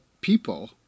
people